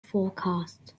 forecast